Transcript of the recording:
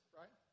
right